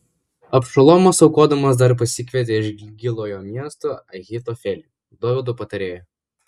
abšalomas aukodamas dar pasikvietė iš gilojo miesto ahitofelį dovydo patarėją